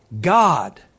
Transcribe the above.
God